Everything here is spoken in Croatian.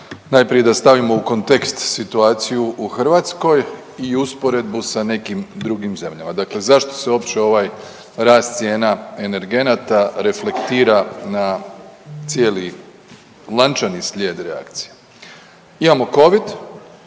najprije da stavimo u kontekst situaciju u Hrvatskoj i usporedbu sa nekim drugim zemljama. Dakle zašto se uopće ovaj rast cijena energenata reflektira na cijeli lančani slijed reakcija.